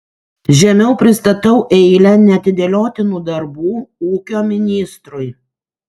žemiau pristatau eilę neatidėliotinų darbų ūkio ministrui